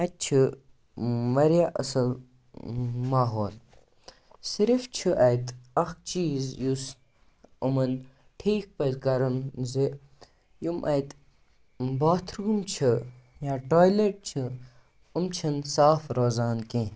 اَتہِ چھِ واریاہ اَصٕل ماحول صِرف چھُ اَتہِ اَکھ چیٖز یُس یِمَن ٹھیٖک پَزِ کَرُن زِ یِم اَتہِ باتھ روٗم چھِ یا ٹایلٮ۪ٹ چھِ یِم چھِنہٕ صاف روزان کینٛہہ